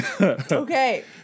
okay